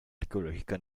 arqueológica